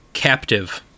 Captive